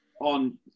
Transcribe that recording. on